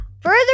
further